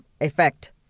effect